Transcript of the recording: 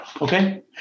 Okay